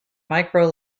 micro